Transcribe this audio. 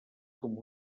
com